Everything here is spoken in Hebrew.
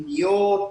קניות,